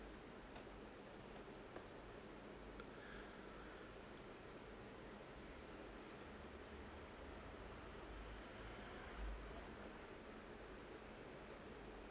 uh